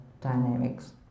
dynamics